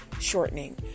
shortening